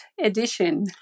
edition